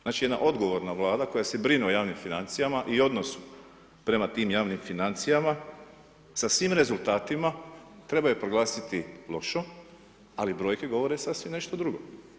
Znači jedna odgovorna Vlada koja se brine o javnim financijama i odnosu prema tim javnim financijama sa svim rezultatima treba je proglasiti lošom ali brojke govore sasvim nešto drugo.